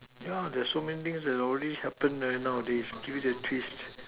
yeah there's so many things that has already happened nah nowadays give it a twist